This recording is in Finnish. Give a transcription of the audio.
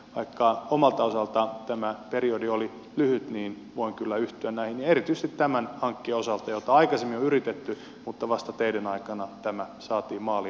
vaikka omalta osaltani tämä periodi oli lyhyt niin voin kyllä yhtyä näihin ja erityisesti tämän hankkeen osalta jota aikaisemmin on yritetty mutta joka vasta teidän aikananne saatiin maaliin